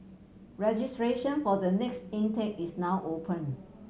registration for the next intake is now open